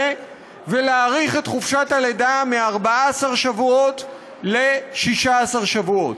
ולהאריך את חופשת הלידה מ-14 שבועות ל-16 שבועות.